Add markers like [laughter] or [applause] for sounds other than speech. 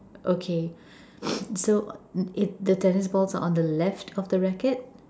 okay [breath] so eh the tennis balls are on the left of the racket